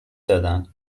دادن